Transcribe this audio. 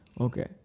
Okay